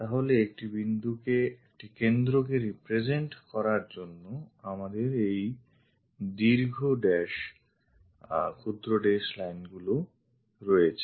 তাহলে একটি কেন্দ্রকে represent করার জন্য আমাদের এই দীর্ঘ dash ক্ষুদ্র dash lineগুলি আছে